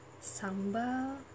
Sambal